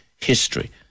history